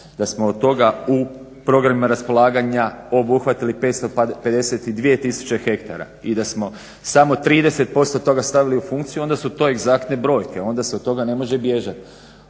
Da smo od toga u programima raspolaganja obuhvatili 552000 hektara i da smo samo 30% toga stavili u funkciju onda su to egzaktne brojke, onda se od toga ne može bježati.